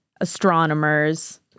astronomers